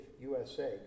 USA